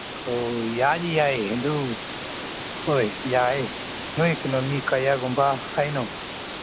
ꯌꯥꯗꯤ ꯌꯥꯏ ꯑꯗꯨ ꯍꯣꯏ ꯌꯥꯏ ꯅꯣꯏ ꯀꯩꯅꯣ ꯃꯤ ꯀꯌꯥꯒꯨꯝꯕ ꯍꯥꯏꯅꯣ